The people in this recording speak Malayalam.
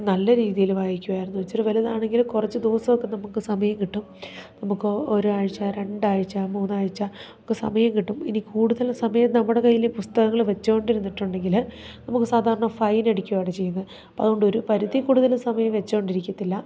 നല്ല രീതിയിൽ വായിക്കുമായിരുന്നു ഇച്ചിരി വലുതാണെങ്കിൽ കുറച്ച് ദിവസമൊക്കെ നമുക്ക് സമയം കിട്ടും നമുക്ക് ഒരാഴ്ച രണ്ടാഴ്ച മൂന്നാഴ്ച ഒക്കെ സമയം കിട്ടും ഇനി കൂടുതൽ സമയം നമ്മുടെ കയ്യിൽ പുസ്തകങ്ങൾ വെച്ചു കൊണ്ടിരുന്നിട്ടുണ്ടെങ്കിൽ നമുക്ക് സാധാരണ ഫൈൻ അടിക്കുകയാണ് ചെയ്യുന്നത് അപ്പം അതു കൊണ്ട് ഒരു പരിധിയിൽ കൂടുതൽ സമയം വെച്ചു കൊണ്ടിരിക്കത്തില്ല